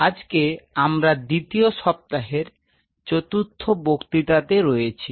আজকে আমরা দ্বিতীয় সপ্তাহের চতুর্থ বক্তৃতাতে রয়েছি